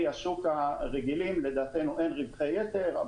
השוק הרגילים לדעתנו אין רווחי יתר,